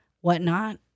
whatnot